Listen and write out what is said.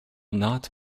not